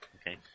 okay